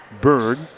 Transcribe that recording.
Bird